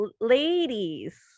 ladies